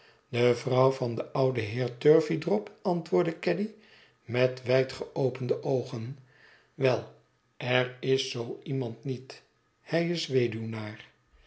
de vrouw van den ouden heer turveydrop antwoordde caddy met wijdgeopende oogen wel er is zoo iemand niet hij is